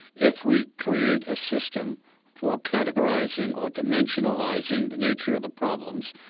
if we create a system for categorising or dimensionalising the nature of the problems,